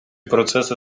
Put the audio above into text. процеси